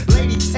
Lady